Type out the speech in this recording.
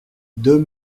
deux